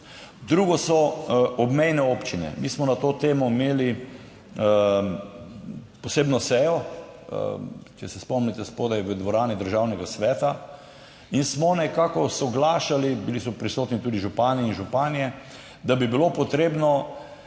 Drugo so obmejne občine. Mi smo na to temo imeli posebno sejo, če se spomnite, spodaj v dvorani Državnega sveta in smo nekako soglašali - bili so prisotni tudi župani in županje -, da bi bilo potrebno